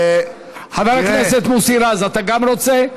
חבר הכנסת מוסי רז, אתה גם רוצה?